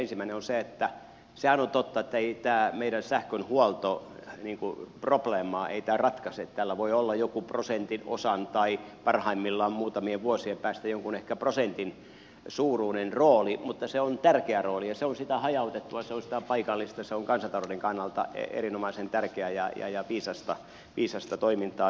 ensimmäinen on se että sehän on totta että ei tämä meidän sähkön huoltoprobleemaa ratkaise tällä voi olla joku prosentin osan tai parhaimmillaan muutamien vuosien päästä jonkun ehkä prosentin suuruinen rooli mutta se on tärkeä rooli ja se on sitä hajautettua se on sitä paikallista se on kansantalouden kannalta erinomaisen tärkeää ja viisasta toimintaa